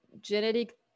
genetic